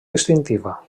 distintiva